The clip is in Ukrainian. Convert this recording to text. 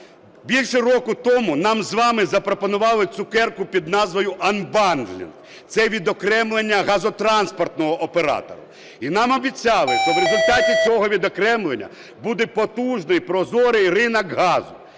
більше року тому нам з вами запропонували "цукерку" під назвою "анбандлінг" – це відокремлення газотранспортного оператора. І нам обіцяли, що в результаті цього відокремлення буде потужний прозорий ринок газу.